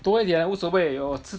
多一点啦无所谓有